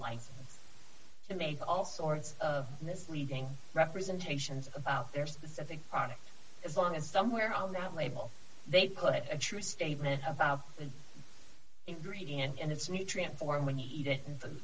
license to make all sorts of misleading representations about their specific products as long as somewhere on that label they put a true statement about the ingredient and its nutrient form when eat it and